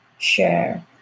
share